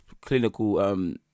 clinical